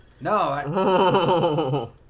No